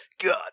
God